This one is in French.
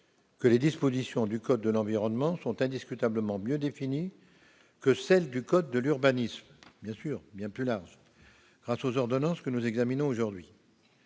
que les dispositions du code de l'environnement sont indiscutablement mieux définies que celles du code de l'urbanisme grâce aux ordonnances que nous examinons aujourd'hui.